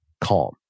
calm